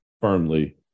firmly